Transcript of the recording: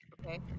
okay